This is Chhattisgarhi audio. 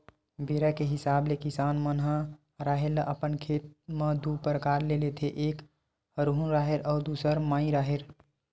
बेरा के हिसाब ले किसान मन ह राहेर ल अपन खेत म दू परकार ले लेथे एक हरहुना राहेर अउ दूसर माई राहेर